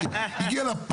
עושה.